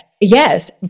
Yes